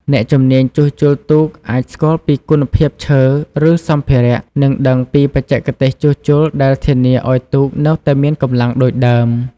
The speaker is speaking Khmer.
អ្នកជំនាញជួសជុលទូកអាចស្គាល់ពីគុណភាពឈើ ឬសម្ភារៈ និងដឹងពីបច្ចេកទេសជួសជុលដែលធានាឲ្យទូកនៅតែមានកម្លាំងដូចដើម។